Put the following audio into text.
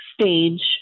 stage